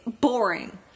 boring